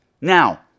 Now